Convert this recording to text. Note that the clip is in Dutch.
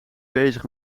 bezig